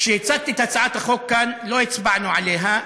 כשהצגתי את הצעת החוק כאן, לא הצבענו עליה.